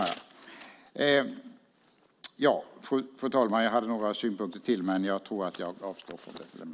Fru talman! Jag hade några synpunkter till, men jag avstår från dem.